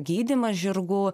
gydyma žirgų